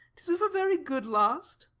tis of a very good last.